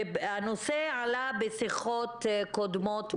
הנושא עלה בשיחות ובישיבות קודמות בוועדה,